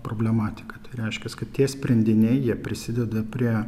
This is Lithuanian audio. problematika reiškiasi kaip tie sprendiniai jie prisideda prie